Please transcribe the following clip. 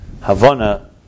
Havana